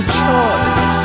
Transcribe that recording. choice